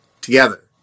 together